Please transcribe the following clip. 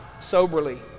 soberly